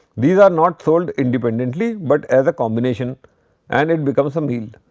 these are not sold independently, but as a combination and it becomes a meal.